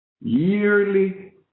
yearly